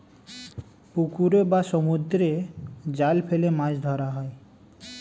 পুকুরে বা সমুদ্রে জাল ফেলে মাছ ধরা হয়